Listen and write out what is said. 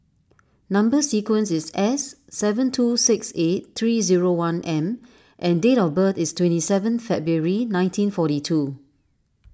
Number Sequence is S seven two six eight three zero one M and date of birth is twenty seven February nineteen forty two